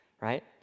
Right